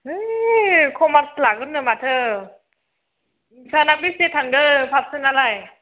है कमार्स लागोननो माथो नोंस्राना बेसे थांदो पारसेन्टआलाय